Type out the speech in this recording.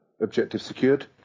objective-secured